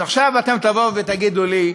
אז עכשיו אתם תבואו ותגידו לי,